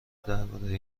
درباره